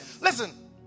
listen